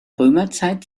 römerzeit